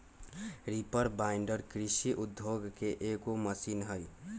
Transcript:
reaper binder कृषि उद्योग के एगो मशीन हई